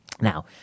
Now